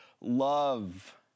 love